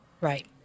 Right